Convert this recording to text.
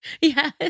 Yes